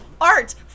Art